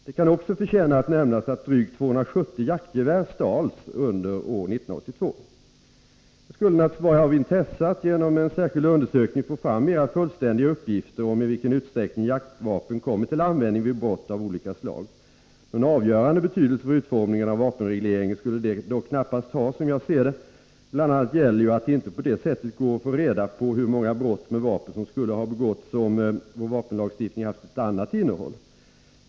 Det kan också förtjäna att nämnas att drygt 270 jaktgevär stals under år 1982. Det skulle naturligtvis kunna vara av intresse att genom en särskild undersökning få fram mera fullständiga uppgifter om i vilken utsträckning jaktvapen kommer till användning vid brott av olika slag. Någon avgörande betydelse för utformningen av vapenregleringen skulle detta dock knappast ha som jag ser det. Bl. a. gäller ju att det inte på detta sätt går att få reda på hur många brott med vapen som skulle ha begåtts, om vår vapenlagstiftning hade haft ett annat innehåll.